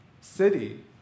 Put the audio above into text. city